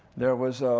there was